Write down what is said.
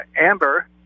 amber